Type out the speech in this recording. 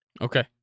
Okay